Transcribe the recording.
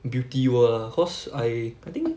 beauty world ah cause I I think